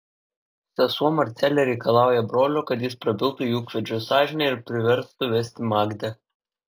sesuo marcelė reikalauja brolio kad jis prabiltų į ūkvedžio sąžinę ir priverstų vesti magdę